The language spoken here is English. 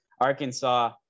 Arkansas